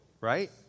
right